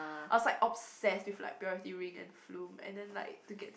I was like obsessed with like Purity Ring and Flume and then like to get